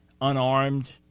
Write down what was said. unarmed